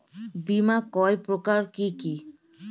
বীমা কয় প্রকার কি কি?